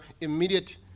immediate